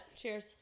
Cheers